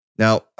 Now